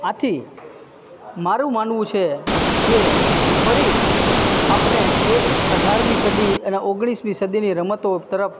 આથી મારું માનવું છે કે ફરી આપણે એ જ અઢારમી સદી અને ઓગણીસમી સદીની રમતો તરફ